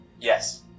Yes